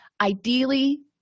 Ideally